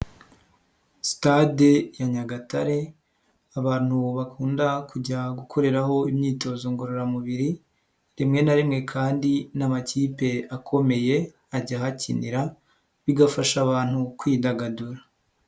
Sitade ya Nyagatare abantu bakunda kujya gukoreraho imyitozo ngororamubiri, rimwe na rimwe kandi n'amakipe akomeye ajya ahakinira bigafasha abantu kwidagadura.